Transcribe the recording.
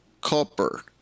copper